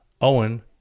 Owen